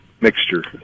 mixture